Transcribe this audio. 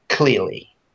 Clearly